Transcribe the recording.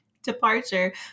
departure